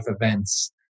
events